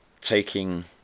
taking